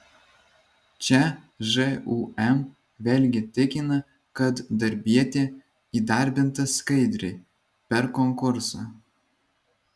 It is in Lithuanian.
čia žūm vėlgi tikina kad darbietė įdarbinta skaidriai per konkursą